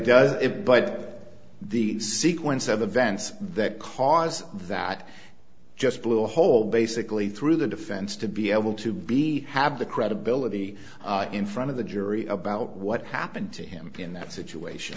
does it but the sequence of events that cause that just blew a hole basically through the defense to be able to be have the credibility in front of the jury about what happened to him in that situation